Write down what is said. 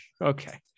okay